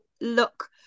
look